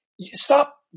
Stop